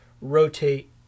rotate